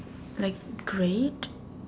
like great